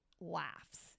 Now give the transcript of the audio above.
laughs